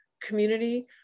community